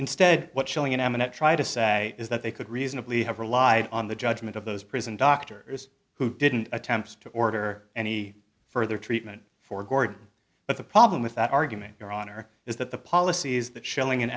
instead what showing an eminent try to say is that they could reasonably have relied on the judgment of those prison doctors who didn't attempt to order any further treatment for gord but the problem with that argument your honor is that the policies that shelling in